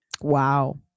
Wow